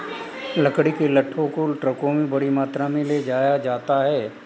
लकड़ी के लट्ठों को ट्रकों में बड़ी मात्रा में ले जाया जाता है